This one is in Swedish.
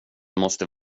måste